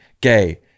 gay